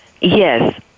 Yes